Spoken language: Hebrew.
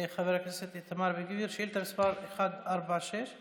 אני עכשיו מוסר את ההודעה האישית שלי.